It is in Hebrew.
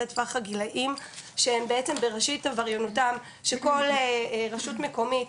זה טווח הגילאים שהם בעצם בראשית עבריינות שכל רשות מקומית,